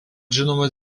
žinomas